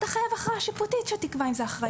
אתה חייב הכרעה שיפוטית שתקבע אם זה אחראי.